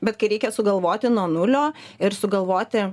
bet kai reikia sugalvoti nuo nulio ir sugalvoti